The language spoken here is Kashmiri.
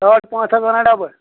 ساڑ پانٛژھ ہَتھ وَنان ڈَبہٕ